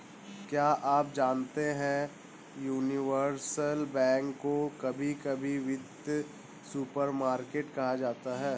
क्या आप जानते है यूनिवर्सल बैंक को कभी कभी वित्तीय सुपरमार्केट कहा जाता है?